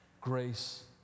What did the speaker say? grace